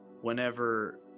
Whenever